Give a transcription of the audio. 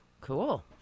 cool